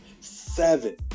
Seven